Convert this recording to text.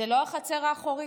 זה לא החצר האחורית,